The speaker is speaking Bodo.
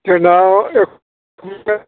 जोंनाव